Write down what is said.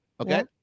Okay